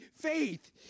faith